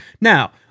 now